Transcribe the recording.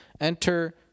Enter